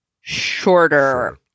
shorter